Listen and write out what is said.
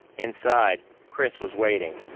inside, chris was waiting,